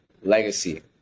Legacy